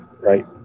right